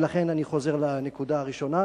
ולכן אני חוזר לנקודה הראשונה.